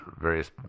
various